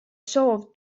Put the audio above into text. soov